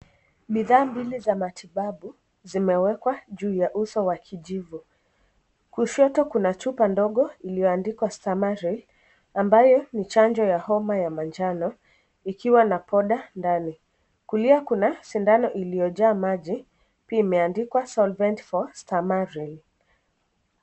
Bidhaa mbili za matibabu, zimewekwa juu ya uso wa kijivu. Kushoto kuna chupa ndogo iliyoandikwa Stamaril ambayo ni chanjo ya homa ya manjano ikiwa na poda ndani. Kulia kuna sindano iliyojaa maji pia imeandikwa Solvent for Stamaril .